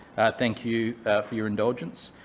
thank you for your indulgence.